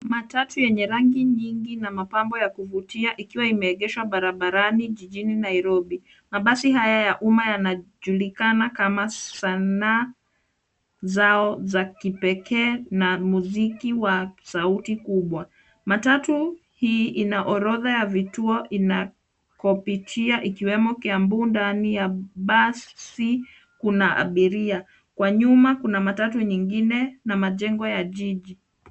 Matatu yenye rangi nyingi na mapambo ya kuvutia ikiwa imeegeshwa barabarani jijini Nairobi. Mabasi haya ya umma yanajulikana kama sanaa zao za kipekee na muziki wa sauti kubwa. Matatu hii ina orodha ya vituo inakopitia ikiwemo Kiambu na ndani ya basi kuna abiria. Kwa nyuma kuna matatu nyingine na majengo ya jiji.